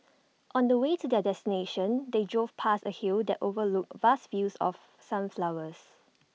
on the way to their destination they drove past A hill that overlooked vast fields of sunflowers